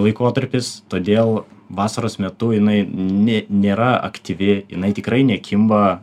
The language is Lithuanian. laikotarpis todėl vasaros metu jinai nė nėra aktyvi jinai tikrai nekimba